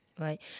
Right